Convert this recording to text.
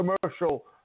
commercial